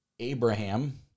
Abraham